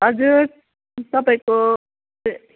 हजुर तपाईँको